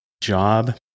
job